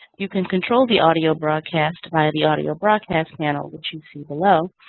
you can control the audio broadcast via the audio broadcast panel, which you see below.